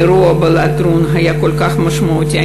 והאירוע בלטרון היה כל כך משמעותי.